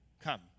come